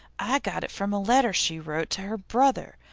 i got it frum a letter she wrote to her brother.